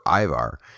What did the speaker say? Ivar